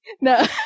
No